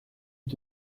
est